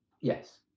yes